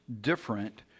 different